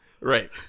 right